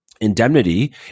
indemnity